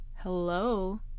Hello